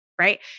Right